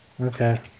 Okay